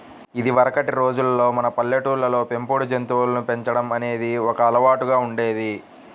ఇదివరకటి రోజుల్లో మన పల్లెటూళ్ళల్లో పెంపుడు జంతువులను పెంచడం అనేది ఒక అలవాటులాగా ఉండేది